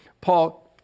Paul